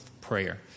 prayer